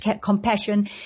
compassion